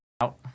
out